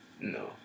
no